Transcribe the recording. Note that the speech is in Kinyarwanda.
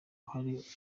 hari